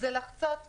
זה לחצות גבול.